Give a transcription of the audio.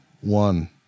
one